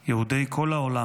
יהודי כל העולם,